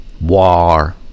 War